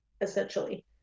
essentially